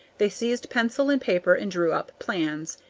they seized pencil and paper and drew up plans.